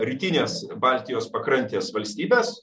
rytinės baltijos pakrantės valstybes